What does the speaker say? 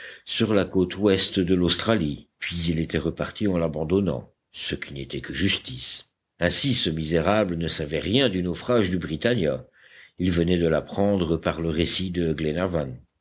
sur la côte ouest de l'australie puis il était reparti en l'abandonnant ce qui n'était que justice ainsi ce misérable ne savait rien du naufrage du britannia il venait de l'apprendre par le récit de